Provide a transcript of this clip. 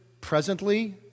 presently